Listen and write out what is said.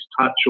touch